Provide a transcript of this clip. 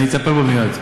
אני מכיר את זה,